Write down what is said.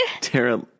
Tara